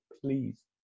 please